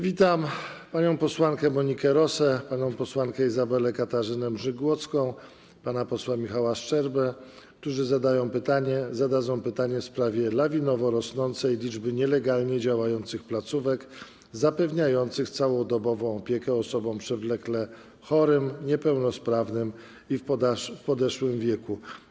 Witam panią posłankę Monikę Rosę, panią posłankę Izabelę Katarzynę Mrzygłocką, pana posła Michała Szczerbę, którzy zadadzą pytania w sprawie lawinowo rosnącej liczby nielegalnie działających placówek zapewniających całodobową opiekę osobom przewlekle chorym, niepełnosprawnym i w podeszłym wieku.